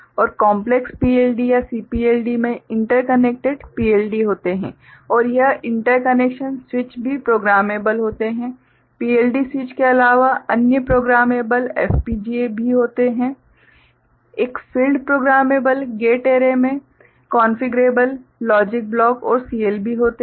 और complex PLD या CPLD में इंटरकनेक्टेड PLD होते हैं और यह इंटरकनेक्शन स्विच भी प्रोग्रामेबल होते हैं PLD स्विच के अलावा अन्य प्रोग्रामेबल FPGA भी होते हैं एक फील्ड प्रोग्रामेबल गेट ऐरे में कोन्फ़िगरेबल लॉजिक ब्लॉक और CLB होते हैं